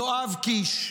יואב קיש.